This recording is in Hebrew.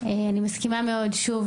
שוב,